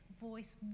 voice